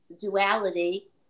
duality